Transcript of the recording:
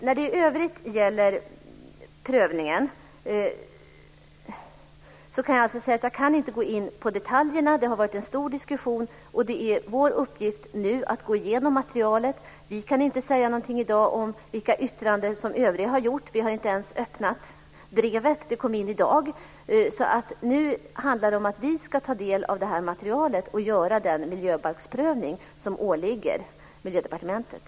När det i övrigt gäller prövningen kan jag säga att jag inte kan gå in på detaljerna. Det har varit en stor diskussion, och det är nu vår uppgift att gå igenom materialet. Vi kan inte säga något i dag om vilka yttranden som övriga har gjort. Vi har inte ens öppnat brevet, som kom in i dag. Nu handlar det om att vi ska ta del av detta material och göra den miljöbalksprövning som åligger Miljödepartementet.